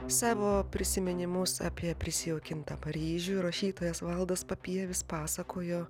savo prisiminimus apie prisijaukintą paryžių rašytojas valdas papievis pasakojo